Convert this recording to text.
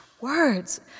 words